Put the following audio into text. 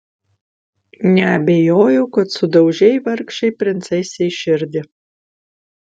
neabejoju kad sudaužei vargšei princesei širdį